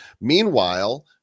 meanwhile